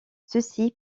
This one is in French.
ceci